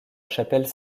chapelle